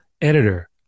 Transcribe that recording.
editor